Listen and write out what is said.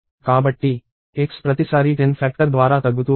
కాబట్టి x ప్రతిసారీ 10 factor ద్వారా తగ్గుతూ ఉంటుంది